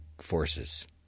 forces